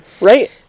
Right